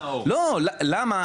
למה,